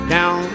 Down